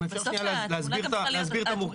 אם אפשר שנייה להסביר את המורכבות.